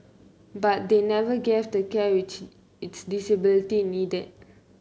but they never gave the care which its disability needed